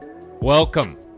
Welcome